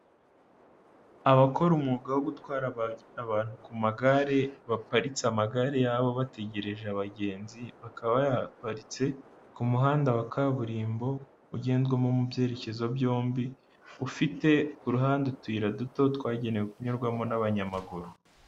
Abakora umwuga wo gutwara abantu ku magare, baparitse amagare yabo bategereje abagenzi, bakaba bayaparitse ku muhanda wa kaburimbo ugendwamo mu byerekezo byombi, ufite ku ruhande utuyira duto twagenewe kunyurwamo n'abanyamaguru.